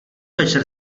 večer